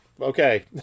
okay